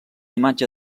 imatge